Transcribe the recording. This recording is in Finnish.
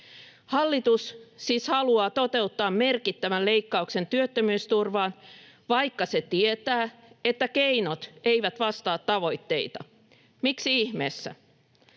Hallitus siis haluaa toteuttaa merkittävän leikkauksen työttömyysturvaan, vaikka se tietää, että keinot eivät vastaa tavoitteita. Miksi ihmeessä?